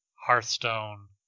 Hearthstone